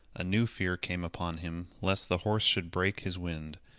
a new fear came upon him lest the horse should break his wind,